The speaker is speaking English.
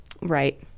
Right